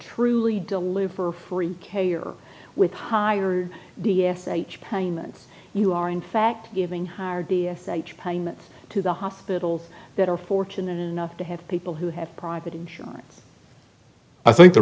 truly deliver free care you're with higher d s h payments you are in fact giving higher d s h payments to the hospitals that are fortunate enough to have people who have private insurance i think the